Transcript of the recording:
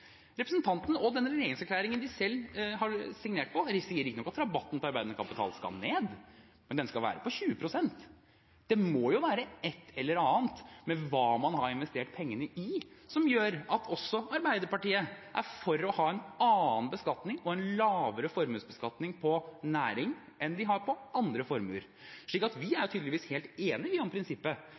Representanten og den regjeringsplattformen de selv har signert på, sier riktignok at rabatten på arbeidende kapital skal ned, men den skal være på 20 pst. Det må jo være et eller annet med hva man har investert pengene i, som gjør at også Arbeiderpartiet er for å ha en annen beskatning og en lavere formuesbeskatning på næring enn de har på andre formuer. Så vi er tydeligvis helt enige om prinsippet, det er bare det at vi tar konsekvensen av det prinsippet